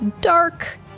dark